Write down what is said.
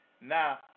Now